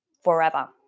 forever